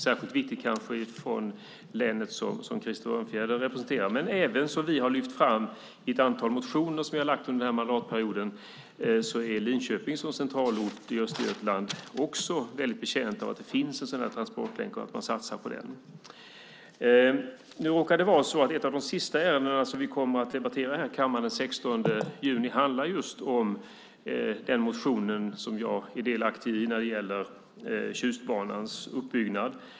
Särskilt viktig är den kanske för det län som Krister Örnfjäder representerar. Men som vi har lyft fram i ett antal motioner som vi har väckt under mandatperioden är även Linköping som centralort i Östergötland betjänt av att det finns en sådan här transportlänk och att man satsar på den. Nu råkar det vara så att ett av de sista ärenden som vi kommer att debattera här i kammaren den 16 juni handlar just om en motion som jag är delaktig i när det gäller Tjustbanans uppbyggnad.